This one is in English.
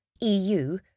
EU